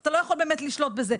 אתה לא יכול באמת לשלוט בזה.